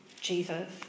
Jesus